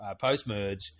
post-merge